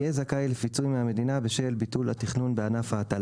יהיה זכאי לפיצוי מהמדינה בשל ביטול התכנון בענף ההטלה,